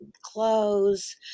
clothes